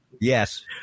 Yes